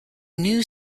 new